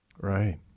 Right